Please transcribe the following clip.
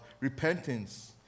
repentance